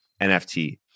NFT